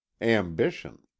ambition